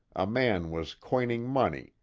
a man was coining money,